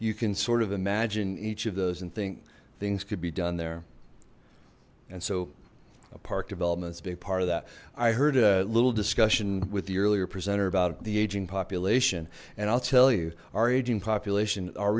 you can sort of imagine each of those and think things could be done there and so a park development that's a big part of that i heard a little discussion with the earlier presenter about the aging population and i'll tell you our aging population our